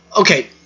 okay